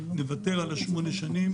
נוותר על ה-8 שנים,